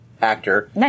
actor